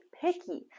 picky